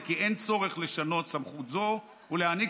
היא כי אין צורך לשנות סמכות זו ולהעניק